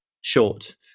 short